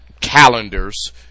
calendars